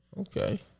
Okay